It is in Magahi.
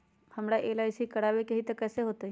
हमरा एल.आई.सी करवावे के हई कैसे होतई?